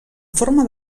forma